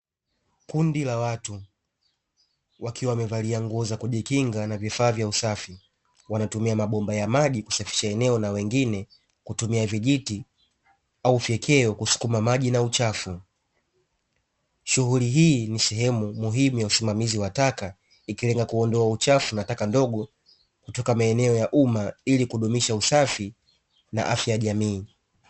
Kundi la watu wakiwa wamevalia nguo za kujikinga na vifaa vya usafi, wanatumia mabomba ya maji kusafisha eneo na wengine kutumia vijiti au fyekeo kusukuma maji na uchafu. Shughuli hii ni sehemu muhimu ya usimamizi wa taka ikilenga kuondoa uchafu na taka ndogo, kutoka maeneo ya umma ili kudumisha usafi na afya jamii.